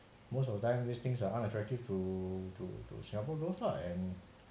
most of the time these things are unattractive to to to singapore girls lah and